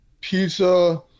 Pizza